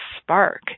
spark